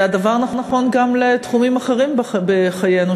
הדבר נכון גם לתחומים אחרים בחיינו,